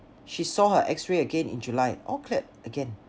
she saw her x-ray again in july all cleared again